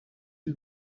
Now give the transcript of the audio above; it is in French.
île